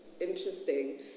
interesting